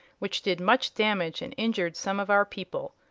which did much damage and injured some of our people.